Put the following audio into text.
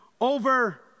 over